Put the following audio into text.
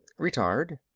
retired.